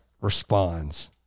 responds